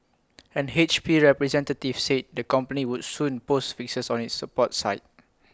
an H P representative said the company would soon post fixes on its support site